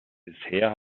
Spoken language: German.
bisher